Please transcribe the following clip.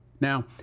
Now